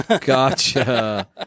Gotcha